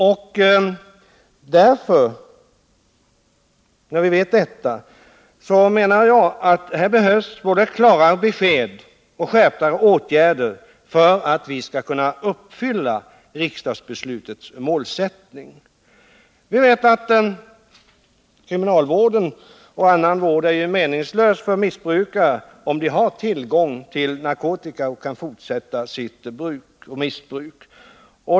När det är på detta sätt behövs, menar jag, både klarare besked och skärpta åtgärder för att vi skall kunna uppfylla riksdagsbeslutets målsättning. Vi vet att kriminalvården och annan vård är meningslös för missbrukare, om de har tillgång till narkotika och kan fortsätta sitt missbruk.